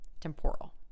temporal